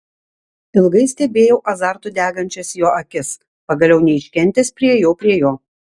ilgai stebėjau azartu degančias jo akis pagaliau neiškentęs priėjau prie jo